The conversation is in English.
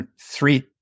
three